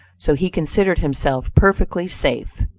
so he considered himself perfectly safe.